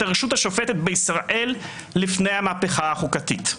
הרשות השופטת בישראל לפני המהפכה החוקתית.